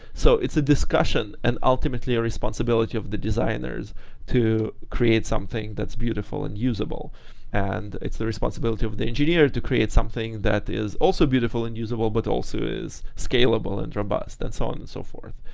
so it's a discussion and ultimately responsibility of the designers to create something that's beautiful and usable and it's the responsibility of the engineer to create something that is also beautiful and usable but also is scalable and robust and so on and so forth,